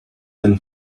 then